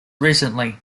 recently